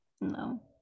No